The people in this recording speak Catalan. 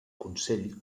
consell